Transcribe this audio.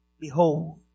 behold